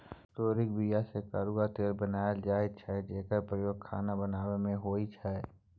तोरीक बीया सँ करुआ तेल बनाएल जाइ छै जकर प्रयोग खाना बनाबै मे होइ छै